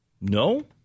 no